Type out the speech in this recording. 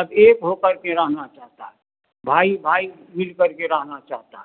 अब एक होकर के रहना चाहता है भाई भाई मिल करके रहना चाहता है